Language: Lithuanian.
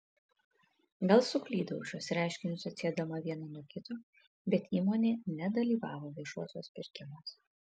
gal suklydau šiuos reiškinius atsiedama vieną nuo kito bet įmonė nedalyvavo viešuosiuos pirkimuos